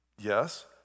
Yes